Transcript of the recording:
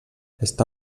està